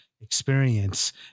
experience